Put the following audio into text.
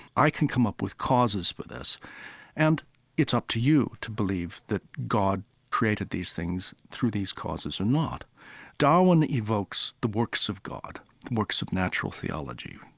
i can come up with causes for this and it's up to you to believe that god created these things through these causes or not darwin evokes the works of god, the works of natural theology,